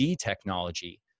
technology